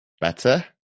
better